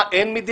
מה, אין מדינה?